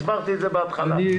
הסברתי את זה בהתחלה.